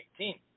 2018